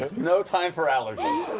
no time for allergies.